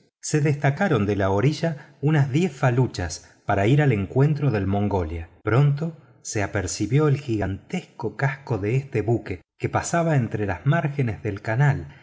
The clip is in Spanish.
se destacaron de la orilla unos diez faluchos para ir al encuentro del mongolia pronto se percibió el gigantesco casco de este buque que pasaba entre las márgenes del canal